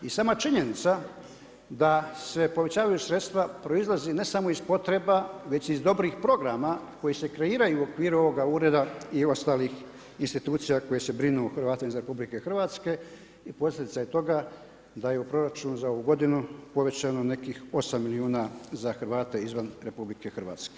I sama činjenica da se povećavaju sredstva, proizlazi ne samo iz potreba već iz dobrih programa koji se kreiraju u okviru ovoga ureda i ostalih institucija koje se brinu o Hrvatima izvan RH i posljedica je toga da je u proračunu za ovu godinu povećano nekih 8 milijuna za Hrvate izvan RH.